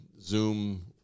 Zoom